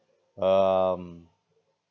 um